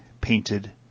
painted